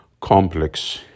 complex